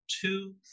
two